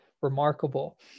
remarkable